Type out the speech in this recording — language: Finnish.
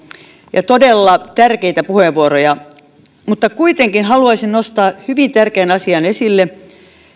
todella tärkeitä puheenvuoroja kuitenkin haluaisin nostaa hyvin tärkeän asian esille